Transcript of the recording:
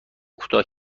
کوتاه